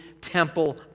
temple